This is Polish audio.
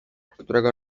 którego